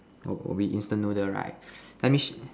oh will be instant noodle right I wish